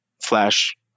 flash